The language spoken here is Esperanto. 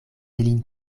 lin